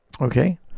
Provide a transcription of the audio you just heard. okay